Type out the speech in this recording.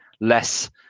less